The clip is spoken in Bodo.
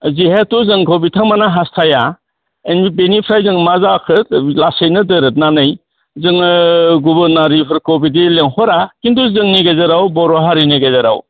जिहेथु जोंखौ बिथांमोन हास्थाया बेनिफ्राय जों मा जाखो लासैनो दोरोदनानै जोङो गुबुन हारिफोरखौ बिदि लिंहरा खिन्थु जोंनि गेजेराव बर' हारिनि गेजेराव